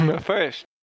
First